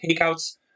takeouts